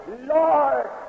Lord